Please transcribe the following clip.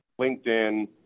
LinkedIn